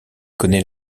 connaît